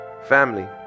family